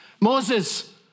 Moses